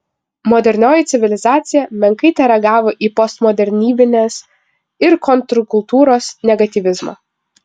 modernioji civilizacija menkai tereagavo į postmodernybės ir kontrkultūros negatyvizmą